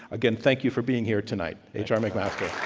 again, thank you for being here tonight. h. r. mcmaster.